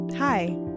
Hi